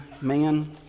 man